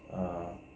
um